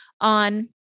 on